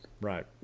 Right